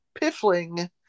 Piffling